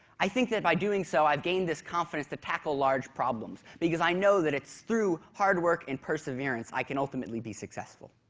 i think that by doing so i've gained this confidence to tackle large problems because i know that through hard work and perseverance, i can ultimately be successful.